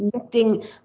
lifting